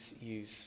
use